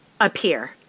appear